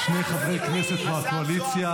יש שני חברי כנסת מהקואליציה.